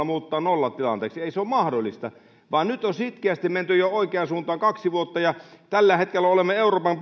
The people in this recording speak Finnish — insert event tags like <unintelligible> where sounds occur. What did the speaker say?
<unintelligible> muuttaa nollatilanteeksi ei se ole mahdollista nyt on sitkeästi menty oikeaan suuntaan jo kaksi vuotta ja tällä hetkellä olemme euroopan <unintelligible>